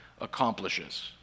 accomplishes